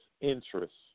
interests